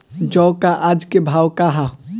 जौ क आज के भाव का ह?